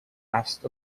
asked